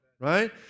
right